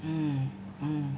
mm mm